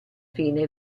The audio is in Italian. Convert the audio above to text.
fine